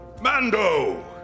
Mando